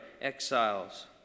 exiles